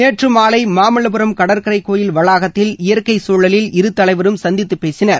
நேற்று மாலை மாமல்வபரம் கடற்கரை கோயில் வளாகத்தில் இயற்கை சூழலில் இருதலைவரும் சந்தித்து பேசினார்கள்